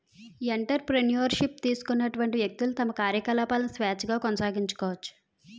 entrepreneur ship తీసుకున్నటువంటి వ్యక్తులు తమ కార్యకలాపాలను స్వేచ్ఛగా కొనసాగించుకోవచ్చు